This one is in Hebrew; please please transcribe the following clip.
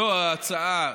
זו ההצעה,